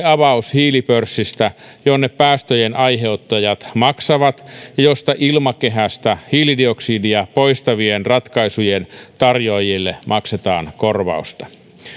avaus hiilipörssistä jonne päästöjen aiheuttajat maksavat ja josta ilmakehästä hiilidioksidia poistavien ratkaisujen tarjoajille maksetaan korvausta